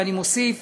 ואני מוסיף